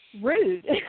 rude